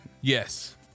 yes